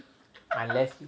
unless